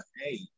hey